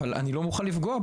אבל אני לא מוכן לפגוע.